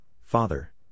father